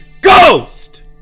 Ghost